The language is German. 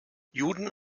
juden